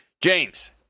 James